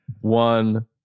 one